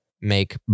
make